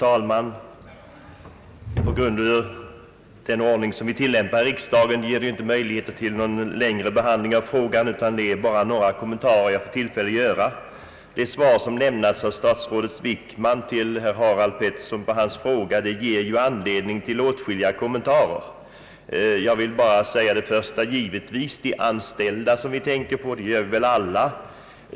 Herr talman! Den ordning som vi tilllämpar i riksdagen ger inte möjlighet till någon längre behandling av frågan, utan det är bara några kommentarer jag har tillfälle att göra. Det svar som statsrådet Wickman lämnat till herr Harald Pettersson på hans fråga ger ju anledning till åtskilliga reflexioner. Givetvis är det först de anställda som vi tänker på — det gör vi alla.